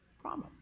Problem